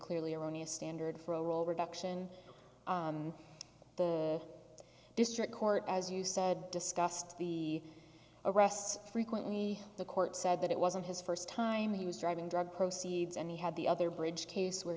clearly erroneous standard for overall reduction in the district court as you said discussed the arrests frequently the court said that it wasn't his first time he was driving drug proceeds and he had the other bridge case where